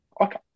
Okay